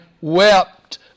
wept